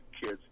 kids